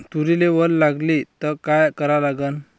तुरीले वल लागली त का करा लागन?